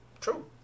true